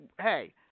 hey